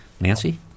Nancy